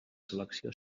selecció